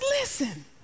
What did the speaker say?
listen